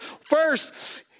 first